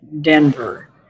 Denver